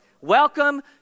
Welcome